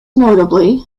notably